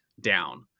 down